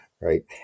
right